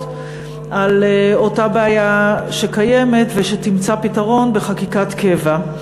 על אותה בעיה שקיימת ושתמצא פתרון בחקיקת קבע.